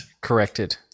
corrected